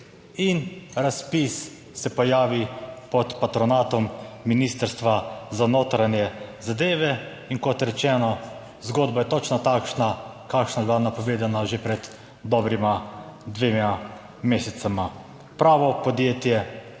in razpis se pojavi pod patronatom Ministrstva za notranje zadeve. In kot rečeno, zgodba je točno takšna, kakršna je bila napovedana že pred dobrima dvema mesecema pravo podjetje